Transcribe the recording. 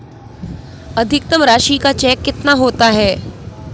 अधिकतम राशि का चेक कितना होता है?